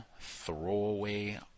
throwaway